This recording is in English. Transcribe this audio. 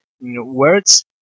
words